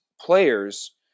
Players